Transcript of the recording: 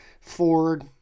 Ford